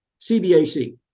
CBAC